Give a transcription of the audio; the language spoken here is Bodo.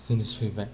जिनिस फैबाय